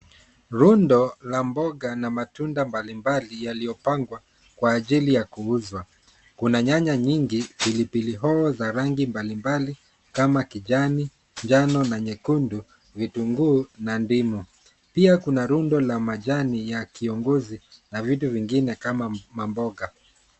Rundo la mboga na matunda mbalimbali yaliyopangwa kwa ajili ya kuuzwa, kuna nyanya nyingi, pilipili hoho za rangi mbalimbali kama kijani, njano na nyekundu, vitunguu na ndimu. Pia kuna rundo la majani ya kiongozi na vitu vingine kama mamboga.